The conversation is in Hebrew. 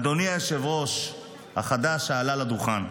אדוני היושב-ראש החדש שעלה לדוכן,